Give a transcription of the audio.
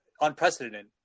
unprecedented